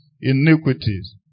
iniquities